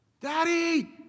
daddy